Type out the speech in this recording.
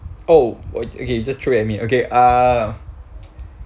oh okay you just throw at me okay uh